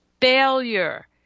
failure